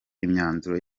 imyanzuro